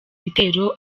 bitero